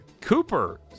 Cooper